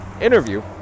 interview